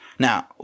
Now